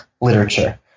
literature